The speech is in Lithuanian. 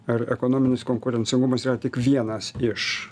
ar ekonominis konkurencingumas yra tik vienas iš